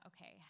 okay